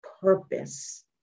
purpose